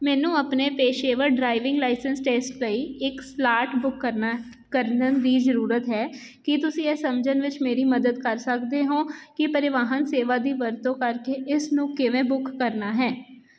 ਮੈਨੂੰ ਆਪਣੇ ਪੇਸ਼ੇਵਰ ਡਰਾਈਵਿੰਗ ਲਾਇਸੈਂਸ ਟੈਸਟ ਲਈ ਇੱਕ ਸਲਾਟ ਬੁੱਕ ਕਰਨਾ ਕਰਨ ਦੀ ਜ਼ਰੂਰਤ ਹੈ ਕੀ ਤੁਸੀਂ ਇਹ ਸਮਝਣ ਵਿੱਚ ਮੇਰੀ ਮਦਦ ਕਰ ਸਕਦੇ ਹੋ ਕਿ ਪਰਿਵਾਹਨ ਸੇਵਾ ਦੀ ਵਰਤੋਂ ਕਰਕੇ ਇਸ ਨੂੰ ਕਿਵੇਂ ਬੁੱਕ ਕਰਨਾ ਹੈ